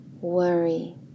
worry